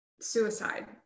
suicide